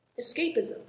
escapism